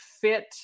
fit